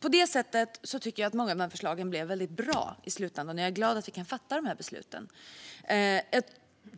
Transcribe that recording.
På det sättet tycker jag att många av förslagen blev väldigt bra i slutändan, och jag är glad att vi kan fatta de här besluten. Jag